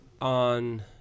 on